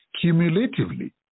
Cumulatively